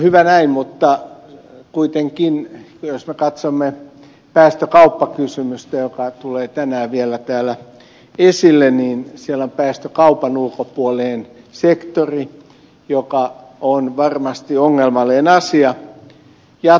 hyvä näin mutta kuitenkin jos me katsomme päästökauppakysymystä joka tulee tänään vielä täällä esille niin siellä on päästökaupan ulkopuolinen sektori joka on varmasti ongelmallinen asia jatkossa